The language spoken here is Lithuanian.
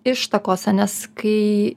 ištakose nes kai